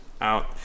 out